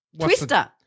Twister